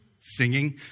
singing